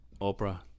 Oprah